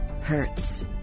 hurts